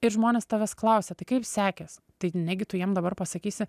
ir žmonės tavęs klausia tai kaip sekės tai negi tu jiem dabar pasakysi